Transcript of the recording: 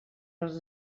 dels